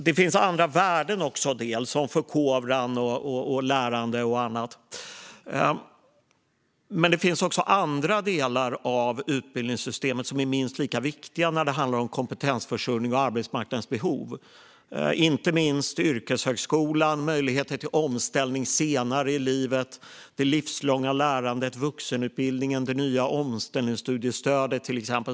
Det finns andra värden, förkovran, lärande och annat. Men även andra delar av utbildningssystemet är minst lika viktiga när det gäller kompetensförsörjning och arbetsmarknadens behov, inte minst yrkeshögskolan, möjligheter till omställning senare i livet, det livslånga lärandet, vuxenutbildningen och det nya omställningsstudiestödet.